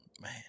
Man